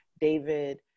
David